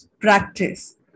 practice